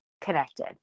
connected